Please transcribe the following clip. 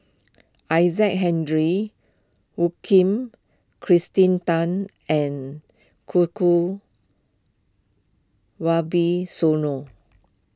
Isaac Henry woo king Kirsten Tan and koo koo Wibisono